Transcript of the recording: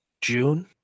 June